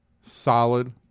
solid